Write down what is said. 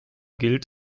gilt